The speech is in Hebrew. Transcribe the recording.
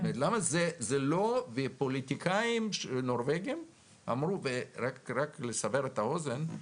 זה לא פוליטיקאים נורבגים --- רק לסבר את האוזן,